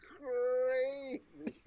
crazy